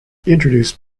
introduced